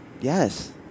Yes